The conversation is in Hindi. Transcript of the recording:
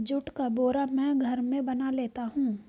जुट का बोरा मैं घर में बना लेता हूं